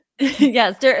Yes